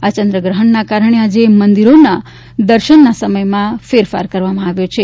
આ ચંદ્રગ્રહણના કારણે મંદિરોમાં દર્શનના સમયમાં ફેરફાર કરવામાં આવ્યો છે